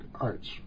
arts